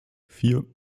vier